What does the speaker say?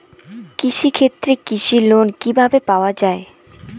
কৃষি ক্ষেত্রে কৃষি লোন কিভাবে পাওয়া য়ায়?